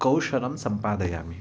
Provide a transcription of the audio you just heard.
कौशलं सम्पादयामि